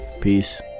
Peace